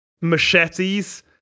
machetes